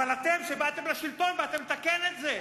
אבל, אתם, שבאתם לשלטון, באתם לתקן את זה.